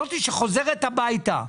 זאת שחוזרת הביתה,